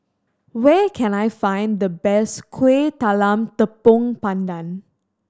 where can I find the best Kueh Talam Tepong Pandan